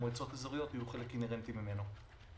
שמועצות אזוריות יהיו חלק אינהרנטי ממנו.